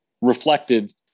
reflected